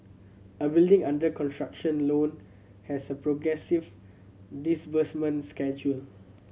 a building under construction loan has a progressive disbursement schedule